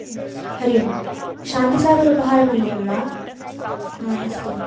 हरि ओम् शान्तिसागर् उपाहारमन्दिरं वा हा अस्तु